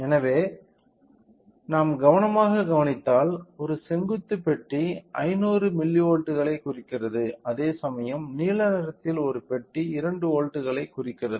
எனவே நாம் கவனமாக கவனித்தால் ஒரு செங்குத்து பெட்டி 500 மில்லிவோல்ட்டுகளைக் குறிக்கிறது அதேசமயம் நீல நிறத்தில் ஒரு பெட்டி 2 வோல்ட்டுகளைக் குறிக்கிறது